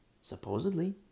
Supposedly